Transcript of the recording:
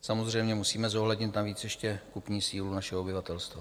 Samozřejmě musíme zohlednit navíc ještě kupní sílu našeho obyvatelstva.